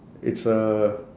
it's a